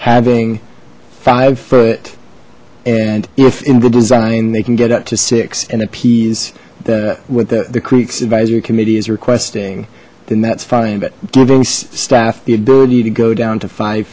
having five foot and if in the design they can get up to six and appease the with the the creeks advisory committee is requesting then that's fine but giving staff the ability to go down to five